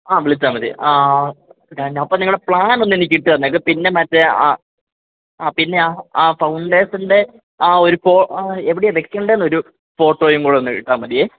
ആ വിളിച്ചാൽ മതി ഞാൻ അപ്പോൾ നിങ്ങളുടെ പ്ലാനൊന്നെനിക്ക് ഇട്ടു തന്നേക്ക് പിന്നെ മറ്റേ ആ ആ പിന്നെ ആ ഫൗണ്ടേഷൻ്റെ ആ ഒരു ഫോ എവിടെയാണ് വെക്കേണ്ടതെന്നൊരു ഫോട്ടോയും കൂടി ഒന്ന് ഇട്ടാൽ മതിയെ